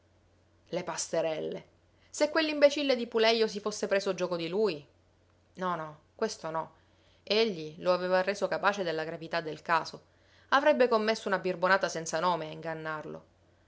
le pasterelle se quell'imbecille di pulejo si fosse preso gioco di lui no no questo no egli lo aveva reso capace della gravità del caso avrebbe commesso una birbonata senza nome a ingannarlo